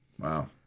Wow